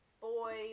boy